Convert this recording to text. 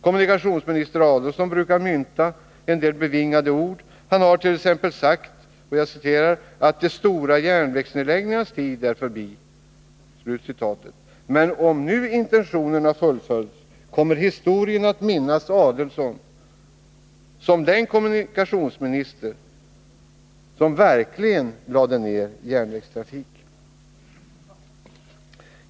Kommunikationsminister Adelsohn brukar mynta en del bevingade ord. Han hart.ex. sagt att ”de stora järnvägsnedläggningarnas tid är förbi”. Men om nu intentionerna fullföljs kommer historien att minnas Ulf Adelsohn som den kommunikationsminister som verkligen lade ned järnvägstrafik.